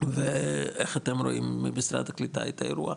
ואיך אתם רואים במשרד הקליטה את האירוע?